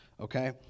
Okay